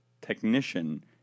technician